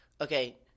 Okay